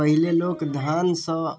पहिले लोक धानसँ